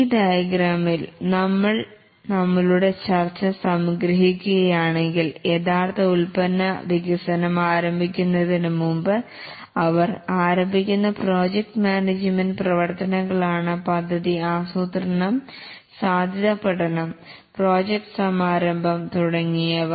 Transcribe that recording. ഈ ഡയഗ്രമിൽ നമ്മൾ നമ്മളുടെ ചർച്ച സംഗ്രഹിക്കുക യാണെങ്കിൽ യഥാർത്ഥ ഉൽപ്പന്ന വികസനം ആരംഭിക്കുന്നതിന് മുമ്പ് അവർ ആരംഭിക്കുന്ന പ്രോജക്ട് മാനേജ്മെൻറ് പ്രവർത്തനങ്ങളാണ് പദ്ധതി ആസൂത്രണം സാധ്യതാപഠനം പ്രോജക്ട് സമാരംഭം തുടങ്ങിയവ